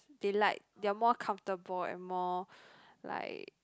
they like they are more comfortable and more like